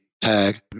tag